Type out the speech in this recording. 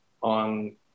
on